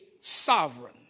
sovereign